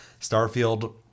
Starfield